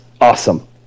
awesome